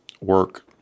work